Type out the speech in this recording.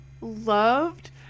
loved